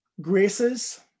graces